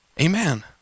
Amen